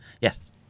Yes